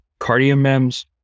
cardiomems